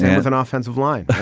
there's an offensive line.